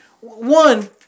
One